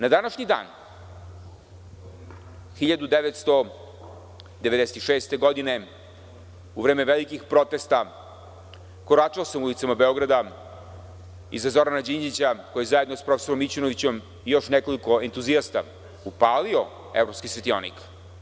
Na današnji dan 1996. godine, u vreme velikih protesta, koračao sam ulicama Beograda iza Zorana Đinđića, koji je zajedno sa profesorom Mićunovićem i još nekoliko entuzijasta upalio evropski svetionik.